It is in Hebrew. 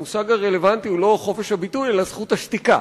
המושג הרלוונטי הוא לא חופש הביטוי אלא זכות השתיקה,